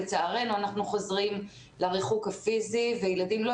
לצערנו אנחנו חוזרים לריחוק הפיזי וילדים יותר לא